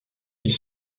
ils